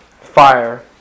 fire